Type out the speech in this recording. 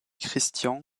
christian